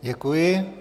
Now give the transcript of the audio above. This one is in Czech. Děkuji.